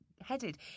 headed